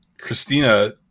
Christina